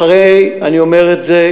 אני אומר את זה,